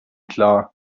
klar